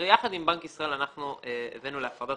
הדרישה שלנו היא פשוטה.